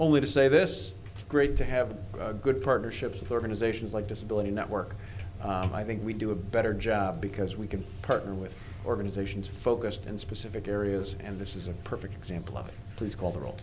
only to say this great to have good partnerships with organizations like disability network i think we do a better job because we can partner with organizations focused in specific areas and this is a perfect example of it please call the